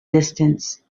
distance